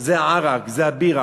זה העראק, זה הבירה.